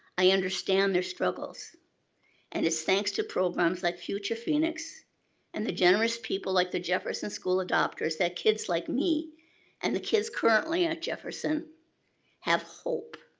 i understand their struggles and it's thanks to programs like future phoenix and the generous people like the jefferson school adopters that kids like me and the kids currently at jefferson have hope.